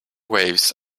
waves